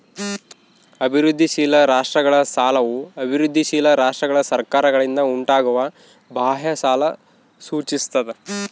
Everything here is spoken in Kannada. ಅಭಿವೃದ್ಧಿಶೀಲ ರಾಷ್ಟ್ರಗಳ ಸಾಲವು ಅಭಿವೃದ್ಧಿಶೀಲ ರಾಷ್ಟ್ರಗಳ ಸರ್ಕಾರಗಳಿಂದ ಉಂಟಾಗುವ ಬಾಹ್ಯ ಸಾಲ ಸೂಚಿಸ್ತದ